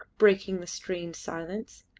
breaking the strained silence.